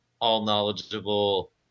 all-knowledgeable